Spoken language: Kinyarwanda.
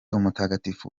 umutagatifu